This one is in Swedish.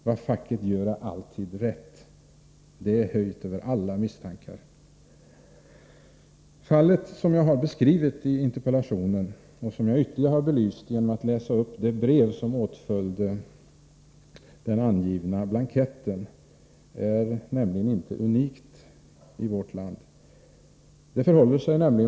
Vad facket gör är alltid rätt. Det är höjt över alla misstankar. Det fall som jag har beskrivit i interpellationen och som jag ytterligare har belyst genom att läsa upp det brev som åtföljde den angivna blanketten är nämligen inte unikt.